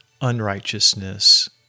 unrighteousness